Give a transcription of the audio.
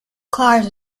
cars